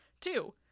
Two